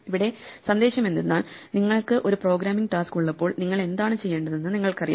ഇവിടെ സന്ദേശം എന്തെന്നാൽ നിങ്ങൾക്ക് ഒരു പ്രോഗ്രാമിംഗ് ടാസ്ക് ഉള്ളപ്പോൾ നിങ്ങൾ എന്താണ് ചെയ്യേണ്ടതെന്ന് നിങ്ങൾക്കറിയാം